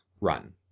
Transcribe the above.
run